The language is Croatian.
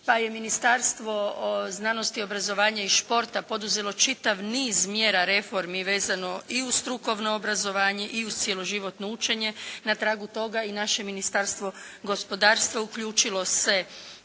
pa je Ministarstvo znanosti, obrazovanja i športa poduzelo čitav niz mjera reformi vezano i uz strukovno obrazovanje i uz cjeloživotno učenje. Na tragu toga i naše Ministarstvo gospodarstva uključilo se